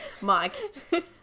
Mike